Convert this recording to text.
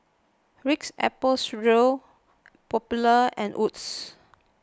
Ritz Apple Strudel Popular and Wood's